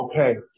Okay